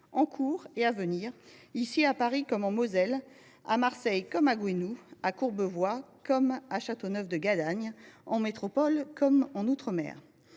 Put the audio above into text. en cours et à venir, ici à Paris, comme en Moselle, à Marseille comme à Gouesnou, à Courbevoie comme à Châteauneuf de Gadagne, en métropole comme en outre mer,